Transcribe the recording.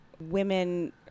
women